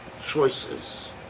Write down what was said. choices